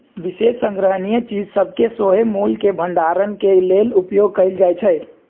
विशेष संग्रहणीय चीज सभके सेहो मोल के भंडारण के लेल उपयोग कएल जाइ छइ